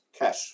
cash